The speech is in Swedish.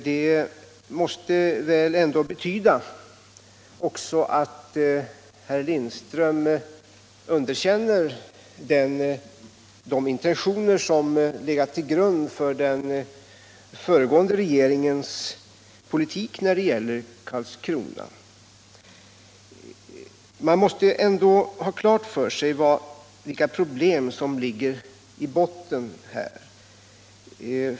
Det måste väl också betyda att herr Lindström underkänner de intentioner som legat till grund för den föregående regeringens politik när det gäller Karlskrona. Man måste ändå ha klart för sig vilka problem som ligger i botten här.